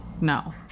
No